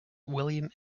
william